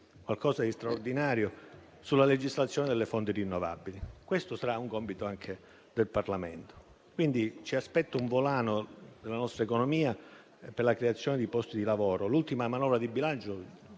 qualcosa di straordinario - sulla legislazione delle fonti rinnovabili: questo sarà un compito anche del Parlamento. Ci aspetta un volano nella nostra economia per la creazione di posti di lavoro: l'ultima manovra di bilancio